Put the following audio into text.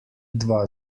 dva